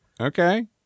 Okay